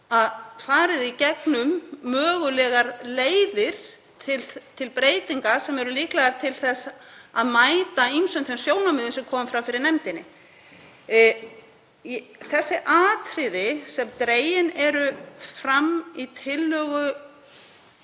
farið í gegnum mögulegar leiðir til breytinga sem eru líklegar til að mæta ýmsum þeim sjónarmiðum sem komu fram fyrir nefndinni. Þau atriði sem dregin eru fram í